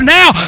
now